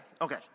Okay